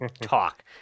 talk